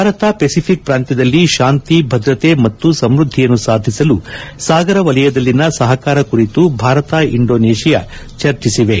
Bharat Pacific ಪ್ರಾಂತ್ಯದಲ್ಲಿ ಶಾಂತಿ ಭದ್ರತೆ ಮತ್ತು ಸಮ್ಬದ್ದಿಯನ್ನು ಸಾಧಿಸಲು ಸಾಗರ ವಲಯದಲ್ಲಿನ ಸಹಕಾರ ಕುರಿತು ಭಾರತ ಇಂಡೊನೇಷಿಯಾ ಚರ್ಚಿಸಿವೆ